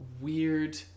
weird